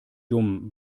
dumm